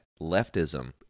leftism